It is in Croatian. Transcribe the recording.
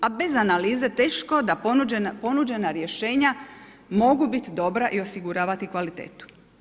A bez analize teško da ponuđena rješenja mogu biti dobra i osiguravati kvalitetu.